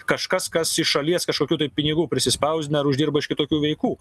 kažkas kas iš šalies kažkokių tų pinigų prisispausdina uždirba iš kitokių veikų